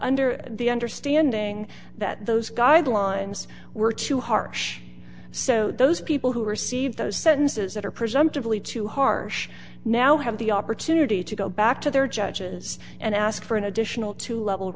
under the understanding that those guidelines were too harsh so those people who received those sentences that are presumptively too harsh now have the opportunity to go back to their judges and ask for an additional two level